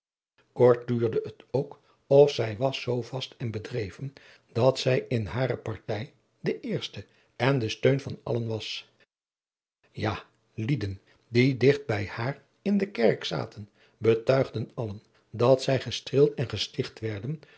kort duurde het ook of zij was zoo vast en bedreven dat zij in hare partij de eerste en de steun van allen was ja lieden die digt bij haar in de kerk zaten betuigden allen dat zij gestreeld en gesticht werden